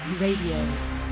RADIO